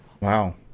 Wow